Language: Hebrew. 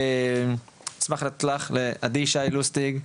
אשמח לתת לעדי שי לוסטיג,